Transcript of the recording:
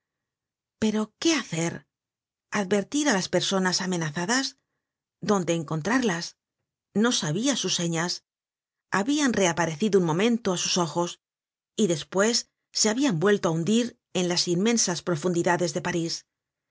pero qué hacer advertir á las personas amenazadas dónde encontrarlas no sabia sus señas habian reaparecido un momento á sus ojos y despues se habian vuelto á hundir en las inmensas profundidades de parís